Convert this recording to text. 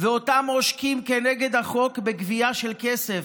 ואותם עושקים נגד החוק בגבייה של כסף.